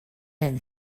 then